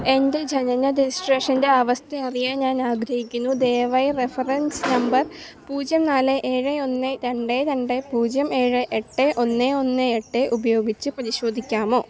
എൻ്റെ ജനന രജിസ്ട്രേഷൻ്റെ അവസ്ഥ അറിയാൻ ഞാൻ ആഗ്രഹിക്കുന്നു ദയവായി റഫറൻസ് നമ്പർ പൂജ്യം നാല് ഏഴ് ഒന്ന് രണ്ട് രണ്ട് പൂജ്യം ഏഴ് എട്ട് ഒന്ന് ഒന്ന് എട്ട് ഉപയോഗിച്ചു പരിശോധിക്കാമോ